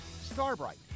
Starbright